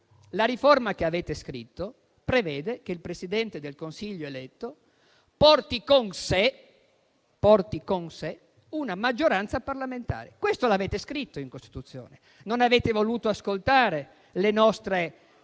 La riforma che avete scritto prevede che il Presidente del Consiglio eletto porti con sé una maggioranza parlamentare. Questo l'avete scritto in Costituzione; non avete voluto ascoltare le nostre